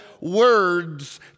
words